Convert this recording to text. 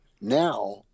now